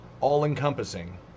all-encompassing